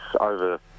over